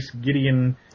Gideon